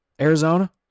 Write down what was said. Arizona